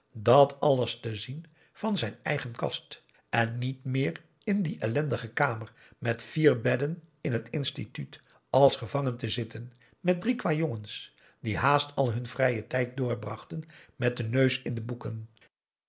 dat alles te zien van zijn eigen kast en niet meer in die ellendige kamer met vier bedden in het instituut als gevangen te zitten met drie kwa jongens die haast al hun vrijen tijd doorbrachten met den neus in de boeken